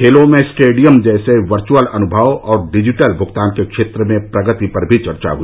खेलों में स्टेडियम जैसा वर्वअल अनुभव और डिजिटल भुगतान के क्षेत्र में प्रगति पर भी चर्चा हुई